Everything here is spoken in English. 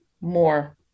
more